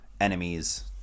enemies